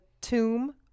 tomb